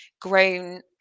grown